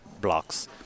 blocks